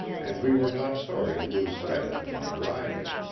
and we were not sorry to lose sight of him on arriving.